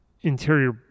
Interior